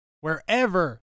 wherever